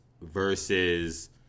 versus